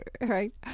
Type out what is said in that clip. right